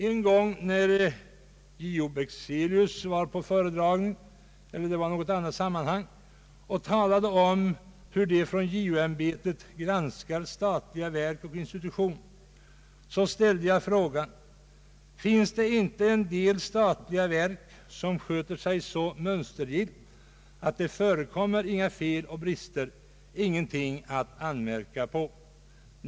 En gång när JO Bexelius var på föredragning — eller om det var i något annat sammanhang — och talade om hur JO-ämbetet granskade statliga verk och institutioner, ställde jag frågan: Finns det inte en del statliga verk som sköter sig så mönstergillt att det inte förekommer några fel och brister, att det inte är någonting att anmärka på?